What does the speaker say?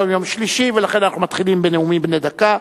היום יום שלישי ולכן אנחנו מתחילים בנאומים בני דקה.